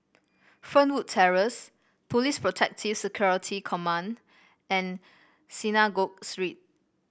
Fernwood Terrace Police Protective Security Command and Synagogue Street